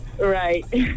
Right